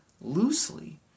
loosely